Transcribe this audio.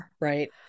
right